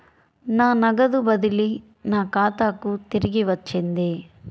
నా నగదు బదిలీ నా ఖాతాకు తిరిగి వచ్చింది